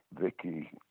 Vicky